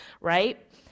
right